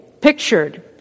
pictured